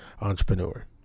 entrepreneur